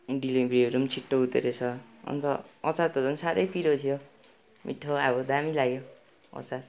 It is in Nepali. डेलिभरीहरू छिट्टो हुँदोरहेछ अन्त अचार त झन् साह्रै पिरो थियो मिठो अब दामी लाग्यो अचार